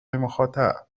مخاطب